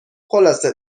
خلاصه